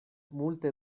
multe